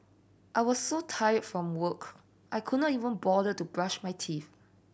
I was so tired from work I could not even bother to brush my teeth